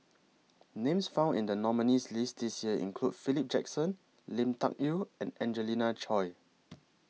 Names found in The nominees' list This Year include Philip Jackson Lui Tuck Yew and Angelina Choy